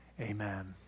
amen